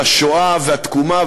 על השואה והתקומה.